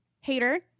hater